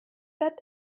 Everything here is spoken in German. wird